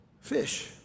fish